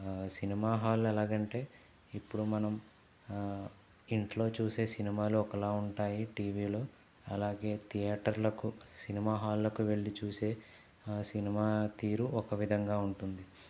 cinema హాళ్ళు ఎలాగంటే ఇప్పుడు మనం ఇంట్లో చూసే సినిమాలు ఒకలాగా ఉంటాయి టీవిలో అలాగే థియేటర్లకు సినిమా హాళ్ళకు వెళ్ళి చూసే సినిమా తీరు ఒకవిధంగా ఉంటుంది